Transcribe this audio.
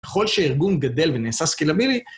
ככל שארגון גדל ונעשה סקיילאבילי,